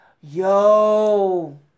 Yo